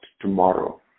tomorrow